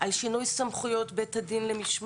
על שינוי סמכויות של בית הדין למשמעת,